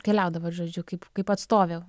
keliaudavot žodžiu kaip kaip atstovė